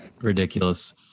ridiculous